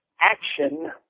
Action